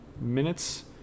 minutes